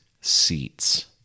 seats